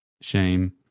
shame